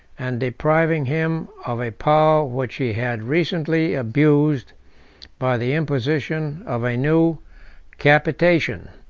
and depriving him of a power which he had recently abused by the imposition of a new capitation.